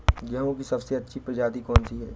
गेहूँ की सबसे अच्छी प्रजाति कौन सी है?